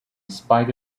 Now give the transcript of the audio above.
spite